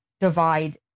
divide